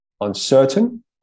uncertain